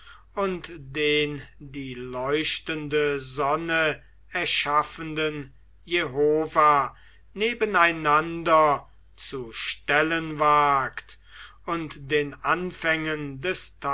und den die leuchtende sonne erschaffenden jehova nebeneinander zu stellen wagt und den anfängen des